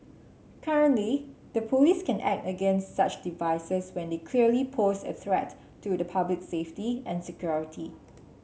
currently the police can act against such devices when they clearly pose a threat to the public safety and security